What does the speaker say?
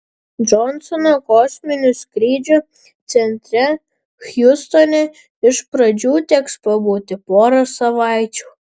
džonsono kosminių skrydžių centre hjustone iš pradžių teks pabūti porą savaičių